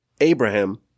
Abraham